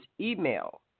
email